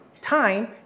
time